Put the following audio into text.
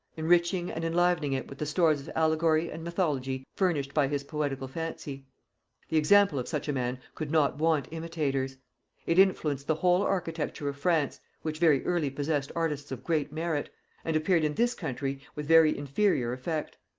enriching and enlivening it with the stores of allegory and mythology furnished by his poetical fancy the example of such a man could not want imitators it influenced the whole architecture of france which very early possessed artists of great merit and appeared in this country with very inferior effect.